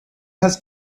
has